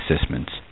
assessments